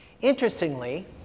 Interestingly